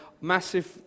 massive